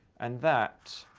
and that